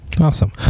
Awesome